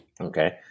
Okay